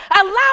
allow